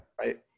right